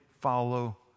follow